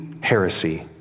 heresy